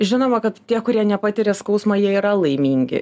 žinoma kad tie kurie nepatiria skausmo jie yra laimingi